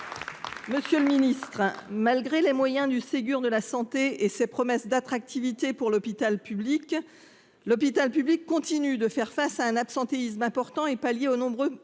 Monsieur le. Malgré les moyens du Ségur de la santé et ses promesses d'attractivité pour l'hôpital public. L'hôpital public continue de faire face à un absentéisme important et pallier au nombre postes